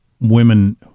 women